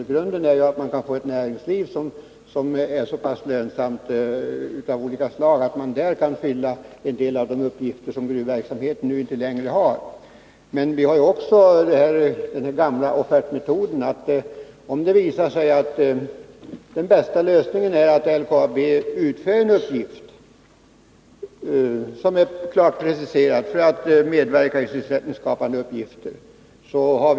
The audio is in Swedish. I grunden ligger att vi måste få ett näringsliv som omfattar verksamheter av olika slag och som är så pass lönsamt att man där kan fullgöra en del av de uppgifter som gruvverksamheten inte längre har. Den gamla offertmetoden finns ju också. Om det visar sig att den bästa lösningen är att LKAB utför en uppgift, som är klart preciserad, för att medverka i sysselsättningsskapande syfte, så är det möjligt att göra så.